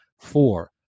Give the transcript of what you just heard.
Four